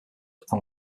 upon